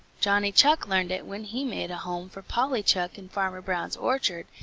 johnny chuck learned it when he made a home for polly chuck in farmer brown's orchard,